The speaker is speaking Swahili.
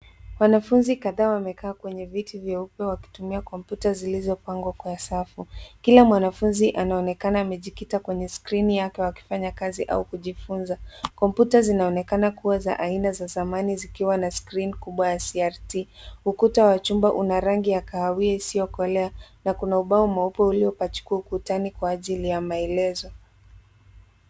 Wanafunzi kadhaa wamekaa kwenye viti vyeupe wakitumia kompyuta zilizopangwa kwa safu. Kila mwanafunzi anaonekana amejikita kwenye skrini yake wakifanya kazi au kujifunza. Kompyuta zinaonekana kuwa za aina ya zamani zikiwa na skrini kubwa ya CRT.Ukuta wa chumba una rangi ya kahawia isiyokolea na kuna ubao mweupe uliopachikwa ukutani kwa ajili ya maelezo.